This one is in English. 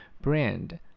Brand